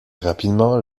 rapidement